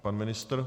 Pan ministr?